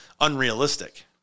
unrealistic